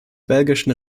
belgischen